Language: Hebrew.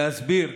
להסביר,